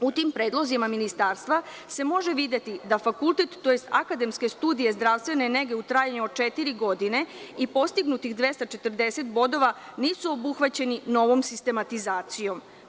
U tim predlozima ministarstva se može videti da fakultet tj. akademske studije zdravstvene nege u trajanju od četiri godine i postignutih 240 bodova nisu obuhvaćeni novom sistematizacijom.